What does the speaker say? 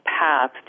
path